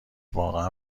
واقعا